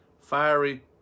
fiery